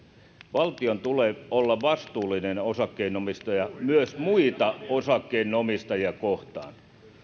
valtion tulee olla vastuullinen osakkeenomistaja myös muita osakkeenomistajia kohtaan